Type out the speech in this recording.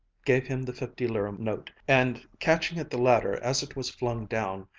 gave him the fifty-lire note, and catching at the ladder as it was flung down,